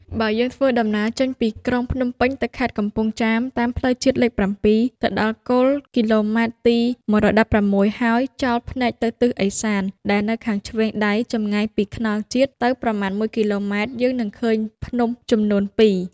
បើយើងធ្វើដំណើរចេញពីក្រុងភ្នំពេញទៅខេត្តកំពង់ចាម តាមផ្លូវជាតិលេខ៧ ទៅដល់គោលគីឡូម៉ែត្រទី១១៦ហើយ ចោលភែ្នកទៅទិសឥសាន ដែលនៅខាងឆេ្វងដៃ ចំងាយពីថ្នល់ជាតិទៅប្រមាណ១គីឡូម៉ែត្រ យើងនិងឃើញភ្នំចំនួនពីរ